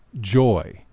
joy